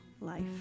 life